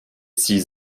six